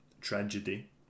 Tragedy